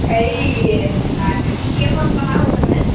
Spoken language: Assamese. হেৰি গাৰ্জেন মিটিং এখন পতা হৈছে মানে